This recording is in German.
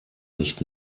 nicht